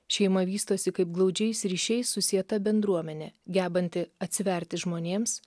šeima vystosi kaip glaudžiais ryšiais susieta bendruomenė gebanti atsiverti žmonėms